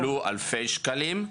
קיבלו אלפי שקלים.